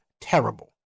terrible